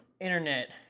internet